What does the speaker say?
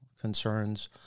concerns